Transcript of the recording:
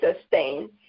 sustained